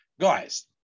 Guys